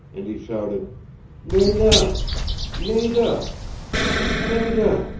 and he shouted nada nada nada!